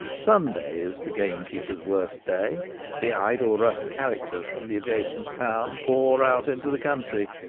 sunday is the gamekeeper's worst day the idle, rough characters from the adjacent town pour out into the country,